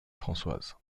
françoise